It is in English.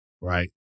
right